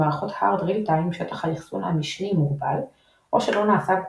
במערכות Hard real-time שטח הזיכרון המשני מוגבל או שלא נעשה בו